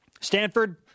Stanford